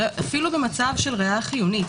אפילו במצב של ראיה חיונית,